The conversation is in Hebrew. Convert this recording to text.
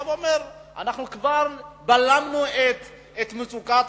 בא ואומר: אנחנו כבר בלמנו את המצוקה,